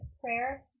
prayer